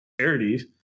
charities